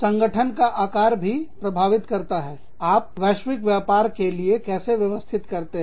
संगठन का आकार भी प्रभावित करता है आप वैश्विक व्यापार के लिए कैसे व्यवस्थित करते हैं